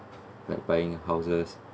like buying houses